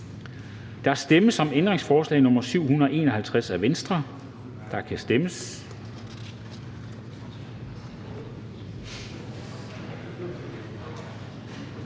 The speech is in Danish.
Der stemmes om ændringsforslag nr. 720 af V, og der kan stemmes.